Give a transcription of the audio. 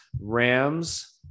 Rams